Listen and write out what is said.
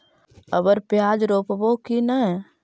अबर प्याज रोप्बो की नय?